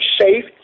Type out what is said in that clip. safe